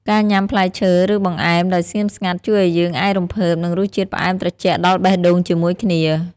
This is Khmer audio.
ការញ៉ាំផ្លែឈើ ឬបង្អែមដោយស្ងៀមស្ងាត់ ជួយឱ្យយើងអាចរំភើបនឹងរសជាតិផ្អែមត្រជាក់ដល់បេះដូងជាមួយគ្នា។